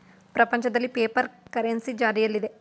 ಪ್ರಪಂಚದಲ್ಲಿ paper currency ಜಾರಿಯಲ್ಲಿದೆ